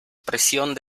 presión